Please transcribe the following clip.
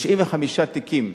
95 תיקים